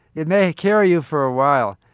it may carry you for a while,